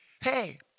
hey